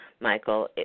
Michael